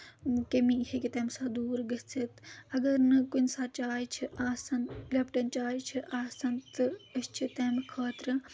کٔمی ہیٚکہِ تَمہِ ساتہٕ دوٗر گٔژھِتھ اگر نہٕ کُنہِ ساتہٕ چاے چھِ آسان لیپٹَن چاے چھِ آسان تہٕ أسۍ چھِ تَمہِ خٲطرٕ